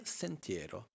sentiero